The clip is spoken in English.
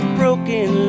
broken